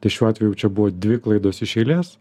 tai šiuo atveju čia buvo dvi klaidos iš eilės